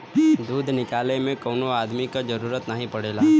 दूध निकाले में कौनो अदमी क जरूरत नाही पड़ेला